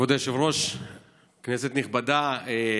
כבוד היושב-ראש, כנסת נכבדה,